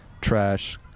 trash